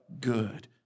good